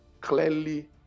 clearly